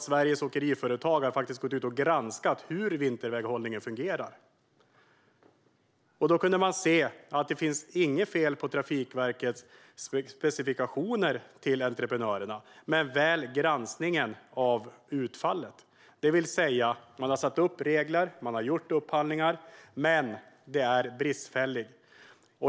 Sveriges Åkeriföretag har gått ut och granskat hur vinterväghållningen fungerar. Då kunde man se att det inte fanns något fel Trafikverkets specifikationer till entreprenörerna, men väl granskningen av utfallet. Man har satt upp regler och gjort upphandlingar, men det är bristfälligt.